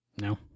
No